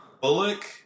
Bullock